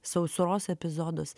sausros epizodus